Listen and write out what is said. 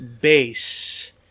base